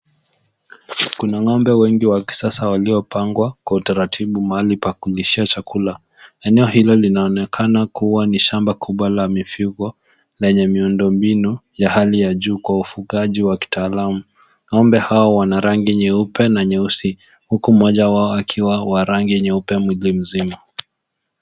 Kuna ngombe wengi wa kisasa waliopangwa kwa utaratibu mahali pa kulishia chakula ,eneo hilo linaonekana kuwa ni shamba kubwa la mifugo lenye miundo mbinu ya hali ya juu kwa ufugaji wa kitaalamu. Ngombe hawa wana rangi nyeupe na nyeusi huku mmoja akiwa ni wa rangi nyeupe mwili mzima.